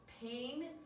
pain